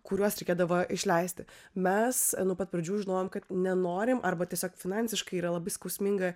kuriuos reikėdavo išleisti mes nuo pat pradžių žinojom kad nenorim arba tiesiog finansiškai yra labai skausminga